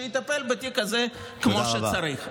שיטפל בתיק הזה כמו שצריך.